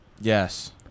yes